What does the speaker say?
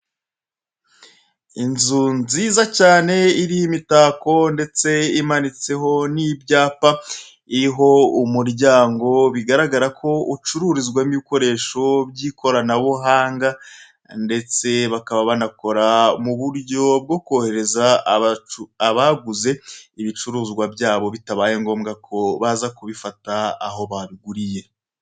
Inzu nziza cyane iriho imitako ndetse imanitseho n'ibyapa, iriho umuryango biragaragara ko ucururizwamo ibikoresho by'ikoranabuhanga ndetse bakaba banakora muburyo bwo kohereza abaguze ibicuruzwa byabo bitabaye ngombwa ko baza kubifata aho babiguriye.